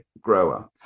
grower